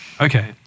Okay